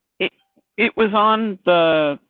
it it was on the